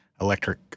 electric